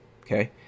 okay